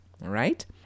right